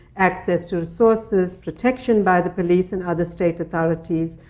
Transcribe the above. access to resources, protection by the police and other state authorities,